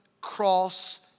cross